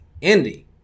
Indy